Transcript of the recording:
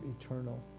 eternal